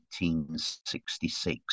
1866